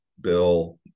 bill